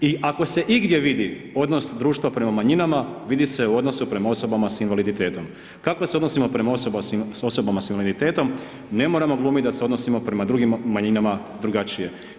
I ako se igdje vidi odnos društva prema manjinama vidi se u odnosu prema osobama s invaliditetom, kako se odnosimo prema osobama s invaliditetom ne moramo glumit da se odnosimo prema drugim manjinama drugačije.